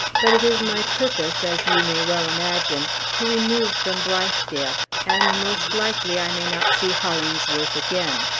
but it is my purpose, as you may well imagine, to remove from blithedale and, most likely, i may not see hollingsworth again.